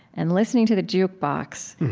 and listening to the jukebox.